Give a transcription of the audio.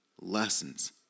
lessons